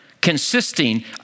consisting